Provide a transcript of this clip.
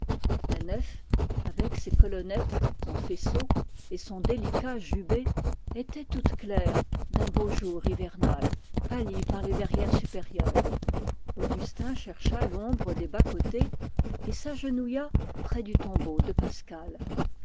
la nef avec ses colonnettes en faisceaux et son délicat jubé était toute claire d'un beau jour hivernal pâli par les verrières supérieures augustin chercha l'ombre des bascôtés et s'agenouilla près du tombeau de pascal